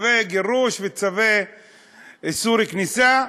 צווי גירוש וצווי איסור כניסה,